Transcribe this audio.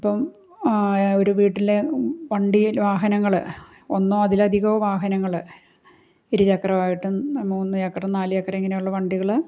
ഇപ്പം ഒരു വീട്ടിലെ വണ്ടിയിൽ വാഹനങ്ങൾ ഒന്നോ അതിലധികമോ വാഹനങ്ങൾ ഇരുചക്രമായിട്ടും മൂന്ന് ചക്രം നാല് ചക്രം ഇങ്ങനെയുള്ള വണ്ടികൾ